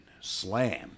slammed